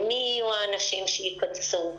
מי יהיו האנשים שיכנסו,